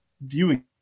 viewing